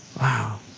Wow